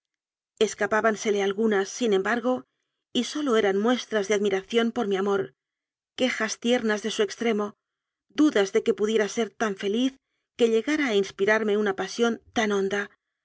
comenzaba escapábansele algunas sin embargo y sólo eran muestras de admiración por mi amor quejas tier nas de su extremo dudas de que pudiera ser tan feliz que llegara a inspírame una pasión tan hon